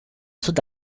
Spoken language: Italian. sud